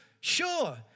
sure